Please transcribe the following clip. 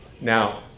Now